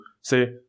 say